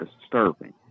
disturbing